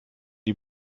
die